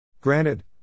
Granted